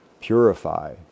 purify